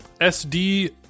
SD